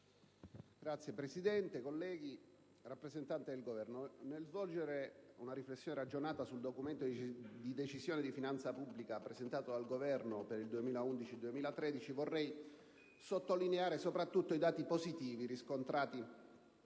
Signora Presidente, colleghi, signor rappresentante del Governo, nello svolgere una riflessione ragionata sullo schema di Decisione di finanza pubblica presentato dal Governo per gli anni 2011-2013, vorrei sottolineare soprattutto i dati positivi riscontrati